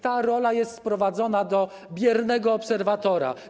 Ta rola jest sprowadzona do roli biernego obserwatora.